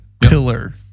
pillar